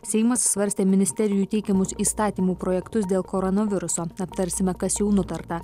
seimas svarstė ministerijų teikiamus įstatymų projektus dėl koronaviruso aptarsime kas jau nutarta